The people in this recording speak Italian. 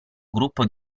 gruppo